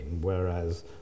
whereas